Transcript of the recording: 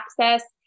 access